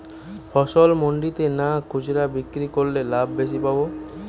ফসল মন্ডিতে না খুচরা বিক্রি করলে লাভ বেশি পাব?